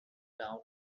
town